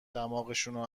دماغشونو